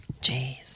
Jeez